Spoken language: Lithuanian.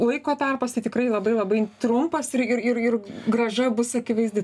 laiko tarpas tai tikrai labai labai trumpas ir ir ir grąža bus akivaizdi